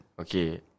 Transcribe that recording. Okay